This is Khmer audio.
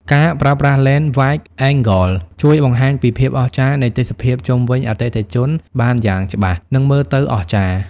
ការប្រើប្រាស់ឡេន Wide-angle ជួយបង្ហាញពីភាពអស្ចារ្យនៃទេសភាពជុំវិញអតិថិជនបានយ៉ាងច្បាស់ និងមើលទៅអស្ចារ្យ។